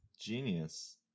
genius